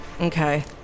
Okay